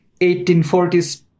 1840s